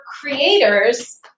creators